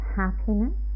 happiness